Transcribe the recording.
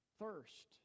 Thirst